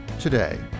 today